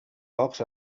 pocs